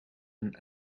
een